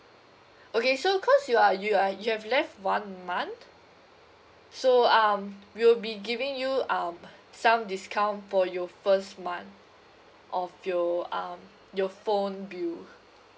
okay so cause you are you are you have left one month so um we'll be giving you um some discount for your first month of your um your phone bill